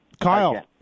Kyle